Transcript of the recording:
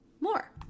more